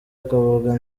akavuga